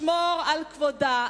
שמור על כבודה,